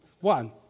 One